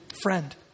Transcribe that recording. Friend